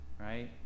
right